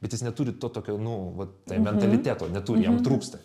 bet jis neturi to tokio nu vat mentaliteto neturi jam trūksta